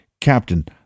Captain